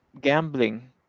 gambling